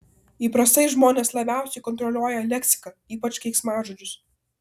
įprastai žmonės labiausiai kontroliuoja leksiką ypač keiksmažodžius